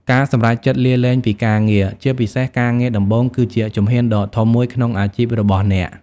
ការសម្រេចចិត្តលាលែងពីការងារ ជាពិសេសការងារដំបូង គឺជាជំហានដ៏ធំមួយក្នុងអាជីពរបស់អ្នក។